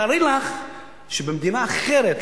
תארי לך שבמדינה אחרת,